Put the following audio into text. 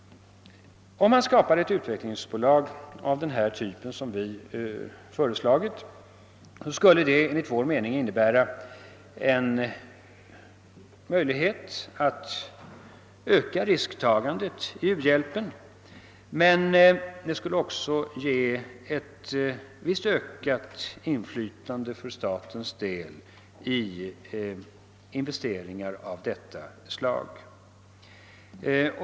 Om man skapar ett utvecklingsbolag av den typ som vi föreslagit, skulle det enligt vår mening innebära en möjlighet att öka risktagandet i u-hjälpen. Det skulle också ge ett visst ökat inflytande för statens del i investeringar av detta slag.